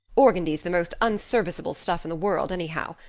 organdy's the most unserviceable stuff in the world anyhow,